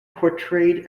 portrayed